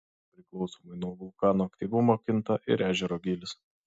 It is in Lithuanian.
priklausomai nuo vulkano aktyvumo kinta ir ežero gylis